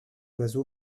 oiseau